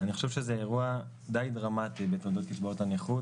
אני חושב שזה אירוע די דרמטי בתולדות קצבאות הנכות.